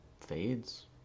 fades